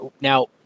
Now